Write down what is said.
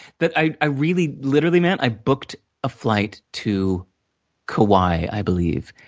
that i i really, literally, man, i booked a flight to kauai, i believe,